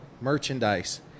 merchandise